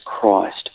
Christ